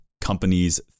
companies